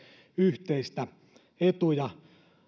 yhteistä etua